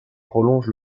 prolonge